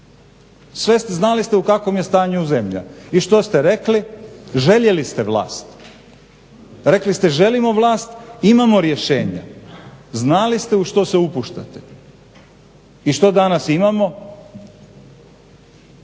znali ste u kakvom je stanju zemlja i što ste rekli, željeli ste vlast. Rekli ste želimo vlast imamo rješenja, znali ste u što se upuštate. I što danas imamo?